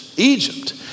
Egypt